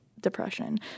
depression